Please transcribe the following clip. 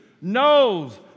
knows